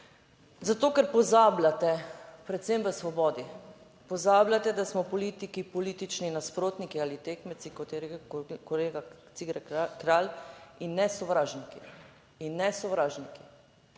Zato, ker pozabljate, predvsem v svobodi pozabljate, da smo politiki politični nasprotniki ali tekmeci, kot je rekel kolega Cigler Kralj, in ne sovražniki,